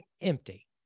empty